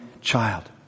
child